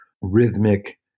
rhythmic